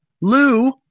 Lou